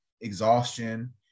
exhaustion